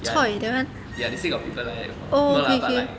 ya ya they say got people die no lah but like